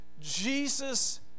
Jesus